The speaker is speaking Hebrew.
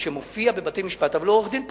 שמופיע בבתי-משפט אבל הוא עורך-דין פרטי?